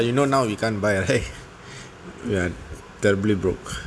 but you know now you can't buy right we are terribly broke